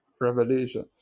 Revelation